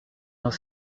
dans